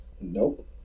Nope